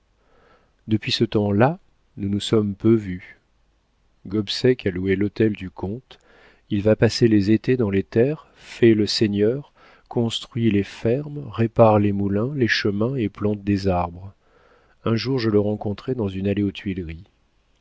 depuis ce temps-là nous nous sommes peu vus gobseck a loué l'hôtel du comte il va passer les étés dans les terres fait le seigneur construit les fermes répare les moulins les chemins et plante des arbres un jour je le rencontrai dans une allée aux tuileries